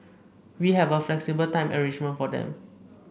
we have a flexible time arrangement for them